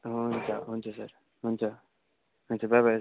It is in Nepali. हुन्छ हुन्छ सर हुन्छ हुन्छ बाई बाई